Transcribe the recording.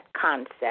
concept